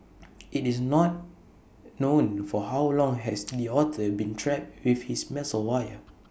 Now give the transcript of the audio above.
IT is not known for how long has the otter been trapped with this wire